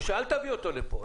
או שאל תביא אותו לפה.